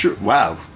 Wow